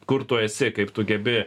kur tu esi kaip tu gebi